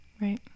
Right